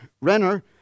Renner